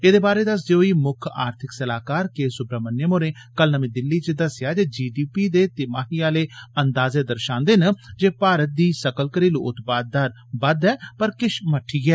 एह्दे बारे दस्सदे होई मुक्ख आर्थिक सलाहकार के सुब्रामण्यम होरें कल नमीं दिल्ली च दस्सेआ जे जीडीपी दे तिमाही आले अंदाजें दर्शांदे न जे भारत दी सकल घरेलु उत्पाद दर बद्ध ऐ पर किश मट्ठी पेई ऐ